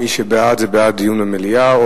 מי שבעד, זה בעד דיון במליאה.